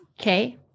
Okay